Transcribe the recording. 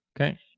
Okay